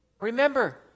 Remember